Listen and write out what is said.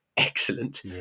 excellent